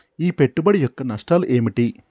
ఈ పెట్టుబడి యొక్క నష్టాలు ఏమిటి?